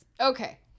Okay